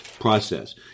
process